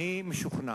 אני משוכנע,